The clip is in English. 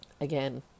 again